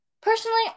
Personally